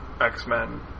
x-men